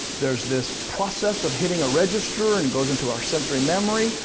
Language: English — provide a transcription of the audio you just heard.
there's this process of hitting a register and it goes into our sensory memory.